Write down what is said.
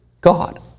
God